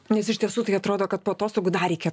nes iš tiesų tai atrodo kad po atostogų dar reikia